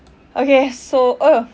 okay so oh